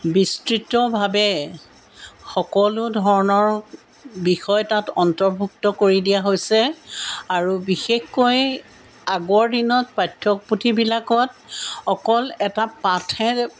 বিস্তৃতভাৱে সকলো ধৰণৰ বিষয় তাত অন্তৰ্ভুক্ত কৰি দিয়া হৈছে আৰু বিশেষকৈ আগৰ দিনত পাঠ্যপুথিবিলাকত অকল এটা পাঠহে